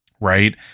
right